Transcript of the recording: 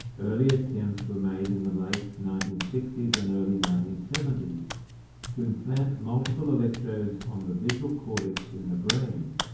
early attempts were made in the late nineteen sixty s and early nineteen seventy s to implant multiple electrodes on the visual cortex in the brain,